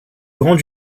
grande